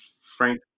Frank